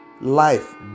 life